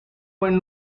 buen